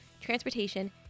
transportation